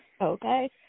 Okay